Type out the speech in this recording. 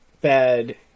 bad